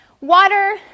water